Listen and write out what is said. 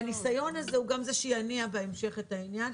והניסיון הזה הוא גם זה שיניע בהמשך את העניין.